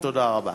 תודה רבה.